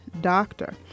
Doctor